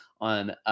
on